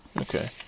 Okay